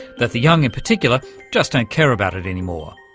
that the young in particular just don't care about it anymore.